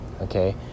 okay